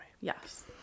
Yes